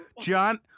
John